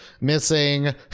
Missing